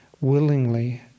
willingly